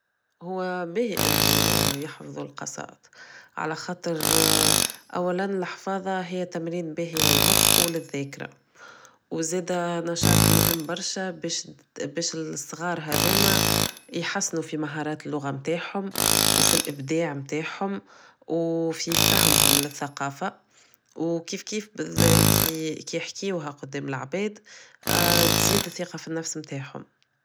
هو باهي انهم يحفظو القصائد على خاطر اولا الحفاظة هي تمرين باهي للمخ و للذاكرة و زادا نشاط مهم برشا باش الصغار هادوما يحسنو فمهارات اللغة متاعهم و فالابداع متاعهم و في فهمهم للثقافة و كيفكيف كي بحكيوها قدام العباد تزيد الثقة فالنفس متاعهم